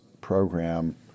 program